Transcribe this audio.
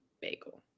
bagel